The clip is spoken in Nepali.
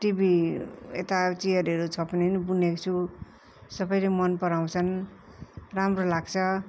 टिभी यता चियरहरू छोप्ने पनि बुनेको छु सबैले मन पराउँछन् राम्रो लाग्छ